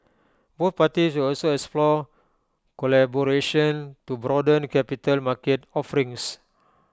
both parties will also explore collaboration to broaden capital market offerings